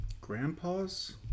Grandpa's